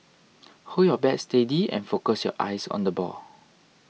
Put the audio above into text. hold your bat steady and focus your eyes on the ball